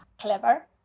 clever